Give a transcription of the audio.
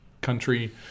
country